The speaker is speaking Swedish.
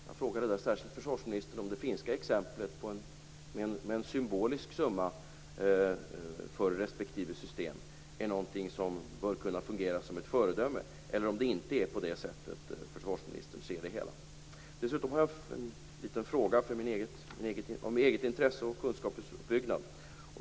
Jag frågade särskilt försvarsministern om det finska exemplet med en symbolisk summa för respektive system är någonting som kan fungera som ett föredöme eller om det inte är så försvarsministern ser det hela. Dessutom har jag en fråga av eget intresse och för min egen kunskapsuppbyggnad.